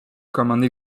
comme